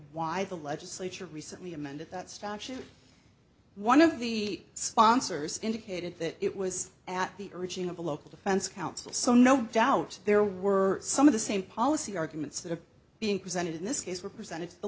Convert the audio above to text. why the legislature recently amended that statute one of the sponsors indicated that it was at the urging of a local defense counsel so no doubt there were some of the same policy arguments that are being presented in this case were presented t